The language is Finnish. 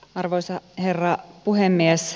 arvoisa herra puhemies